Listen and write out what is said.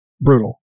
Brutal